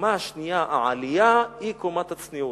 הקומה השנייה, העלייה, היא קומת הצניעות.